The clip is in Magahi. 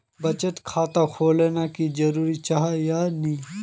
बचत खाता खोलना की जरूरी जाहा या नी?